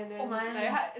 oh my